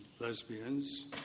lesbians